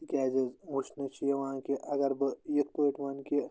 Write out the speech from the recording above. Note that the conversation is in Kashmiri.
تِکیٛازِ حظ وُچھنہٕ چھُ یِوان کہِ اَگر بہٕ یِتھ پٲٹھۍ وَنہٕ کہِ